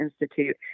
Institute